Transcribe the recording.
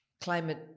climate